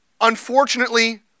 Unfortunately